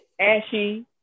Ashy